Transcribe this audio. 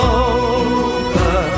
over